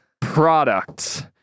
products